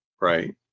Right